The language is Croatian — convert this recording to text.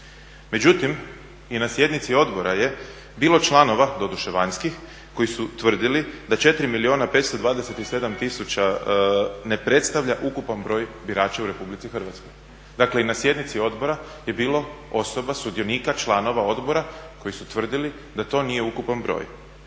Međutim i na sjednici odbora je bilo članova, doduše vanjskih, koji su tvrdili da 4 milijuna 527 tisuća ne predstavlja ukupan broj birača u RH, dakle i na sjednici odbora je bilo osoba, sudionika, članova odbora koji su tvrdili da to nije ukupan broj.